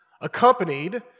accompanied